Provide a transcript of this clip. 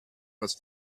was